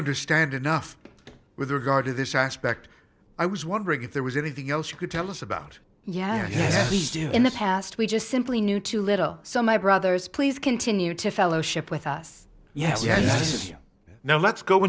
understand enough with regard to this aspect i was wondering if there was anything else you could tell us about yeah these do in the past we just simply knew too little so my brothers please continue to fellowship with us yes yes now let's go